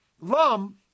Lum